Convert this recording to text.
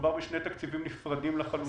מדובר בשני תקציבים נפרדים לחלוטין.